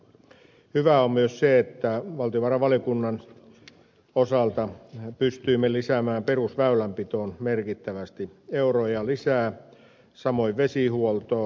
hyvää on myös se että valtiovarainvaliokunnan osalta pystyimme lisäämään perusväylänpitoon merkittävästi euroja lisää samoin vesihuoltoon